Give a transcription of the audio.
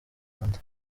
rwanda